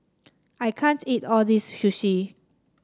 I can't eat all this Sushi